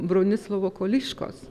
bronislovo koliškos